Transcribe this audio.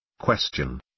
Question